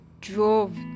drove